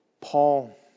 Paul